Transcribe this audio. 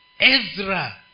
Ezra